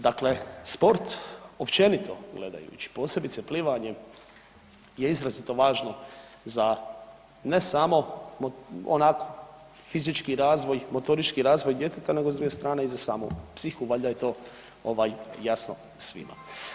Dakle, sport općenito gledajući, posebice plivanje je izrazito važno za ne samo onako fizički razvoj, motorički razvoj djeteta nego s druge strane i za samu psihu, valjda je to ovaj jasno svima.